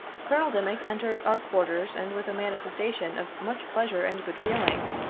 colonel dimick entered our quarters and, with a manifes tation of much pleasure and good feeling,